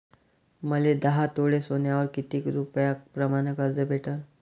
मले दहा तोळे सोन्यावर कितीक रुपया प्रमाण कर्ज भेटन?